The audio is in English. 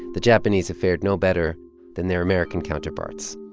the japanese have fared no better than their american counterparts